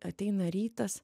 ateina rytas